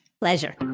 Pleasure